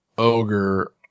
Ogre